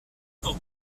pour